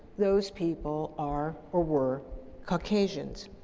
those people are or were caucasians.